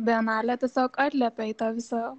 bienalė tiesiog atliepia į tą visą